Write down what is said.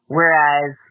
Whereas